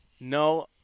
No